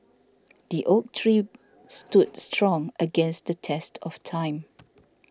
the oak tree stood strong against the test of time